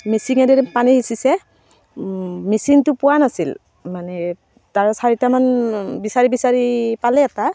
মেচিনে দি পানী সিঁচিছে মেচিনটো পোৱা নাছিল মানে তাৰে চাৰিটামান বিচাৰি বিচাৰি পালে এটা